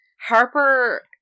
Harper